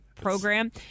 program